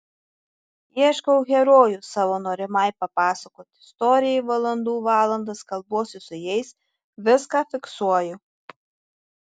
ieškau herojų savo norimai papasakoti istorijai valandų valandas kalbuosi su jais viską fiksuoju